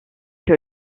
que